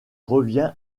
revient